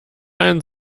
ein